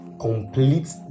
complete